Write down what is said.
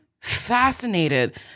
fascinated